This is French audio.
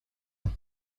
ans